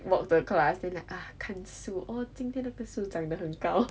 walk to the class than like ah 看树 !wah! 今天那棵树长的很高